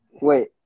Wait